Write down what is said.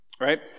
right